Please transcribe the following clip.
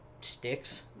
sticks